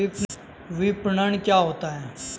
विपणन क्या होता है?